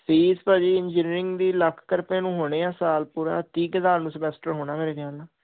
fees ਭਾਅ ਜੀ engineering ਦੀ ਲੱਖ ਰੁਪਏ ਨੂੰ ਹੋਣੇ ਆ ਸਾਲ